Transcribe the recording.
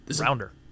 Rounder